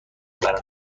برای